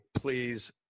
please